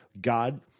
God –